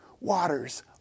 waters